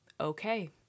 okay